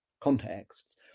contexts